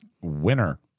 Winner